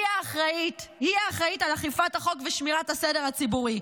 היא האחראית על אכיפת החוק ושמירת הסדר הציבורי.